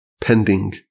pending